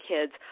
kids